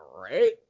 right